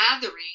gathering